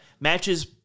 matches